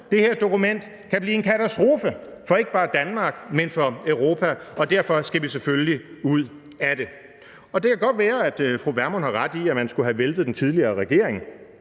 det her dokument kan blive en katastrofe for ikke bare Danmark, men for hele Europa, og derfor skal vi selvfølgelig ud af det. Det kan godt være, at fru Pernille Vermund har ret i, at man skulle have væltet den tidligere regering,